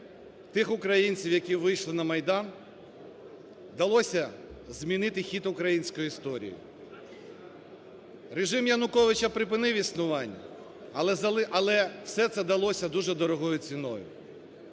тих українців, які вийшли на Майдан, вдалося змінити хід української історії. Режим Януковича припинив існування, але все це далося дуже дорогою ціною.